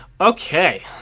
Okay